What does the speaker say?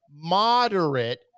moderate